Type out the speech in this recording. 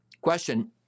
question